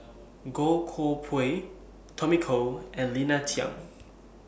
Goh Koh Pui Tommy Koh and Lina Chiam